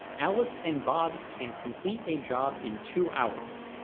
alice and bob can complete a job in two hours.